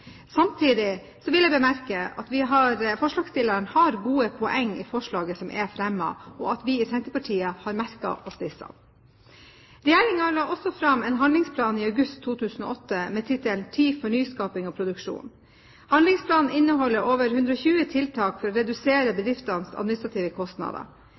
Samtidig vil jeg bemerke at forslagsstillerne har gode poenger i forslaget som er fremmet, og at vi i Senterpartiet har merket oss disse. Regjeringen la også fram en handlingsplan i august 2008, med tittelen «Tid til nyskaping og produksjon». Handlingsplanen inneholder over 120 tiltak for å redusere bedriftenes administrative kostnader.